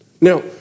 Now